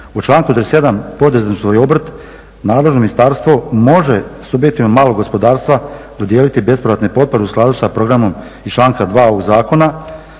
u članku 37. poduzetništvo i obrt nadležno ministarstvo može subjektima malog gospodarstva dodijeliti bespovratne potpore u skladu sa programom iz članka 2. ovog zakona.